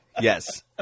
Yes